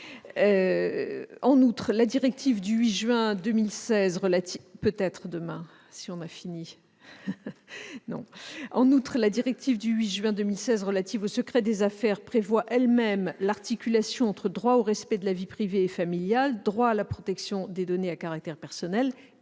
En outre, la directive du 8 juin 2016 relative au secret des affaires prévoit elle-même l'articulation entre droit au respect de la vie privée et familiale, droit à la protection des données à caractère personnel